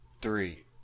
three